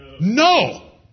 No